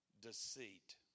deceit